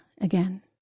again